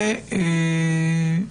נכון.